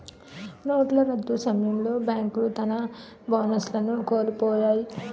నోట్ల రద్దు సమయంలో బేంకులు తన బోనస్లను కోలుపొయ్యాయి